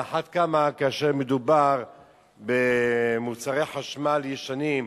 על אחת כמה כאשר מדובר במוצרי חשמל ישנים,